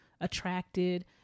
attracted